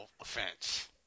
offense